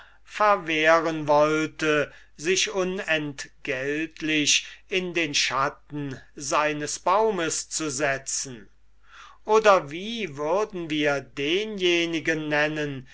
verwehren wollte sich ohnentgeltlich in den schatten seines baumes zu setzen oder wie würden wir denjenigen nennen